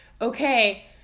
okay